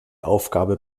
aufgabe